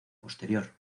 posterior